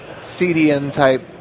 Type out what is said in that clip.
CDN-type